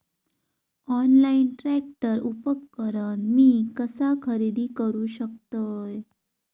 Online tractor उपकरण मी कसा खरेदी करू शकतय?